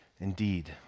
Indeed